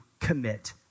commit